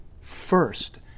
first